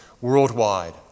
worldwide